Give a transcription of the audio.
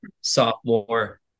sophomore